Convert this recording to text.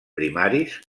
primaris